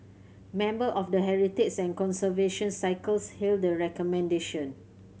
member of the heritage and conservation circles hailed the recommendation